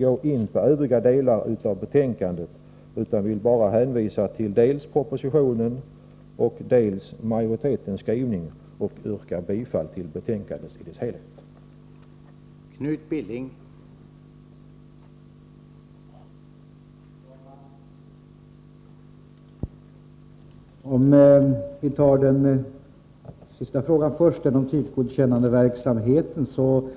Jag skall inte gå in på betänkandet i övrigt, utan jag hänvisar bara dels till propositionen, dels till majoritetens skrivning. Jag yrkar bifall till utskottets hemställan i